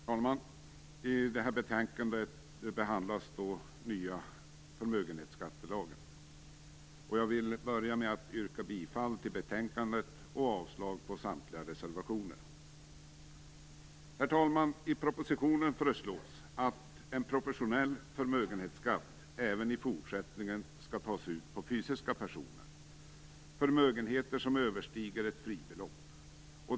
Herr talman! I det här betänkandet behandlas den nya förmögenhetsskattelagen. Jag vill börja med att yrka bifall till betänkandet och avslag på samtliga reservationer. Herr talman! I propositionen föreslås att en proportionell förmögenhetsskatt även i fortsättningen skall tas ut på fysiska personers förmögenhet som överstiger ett fribelopp.